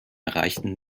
erreichten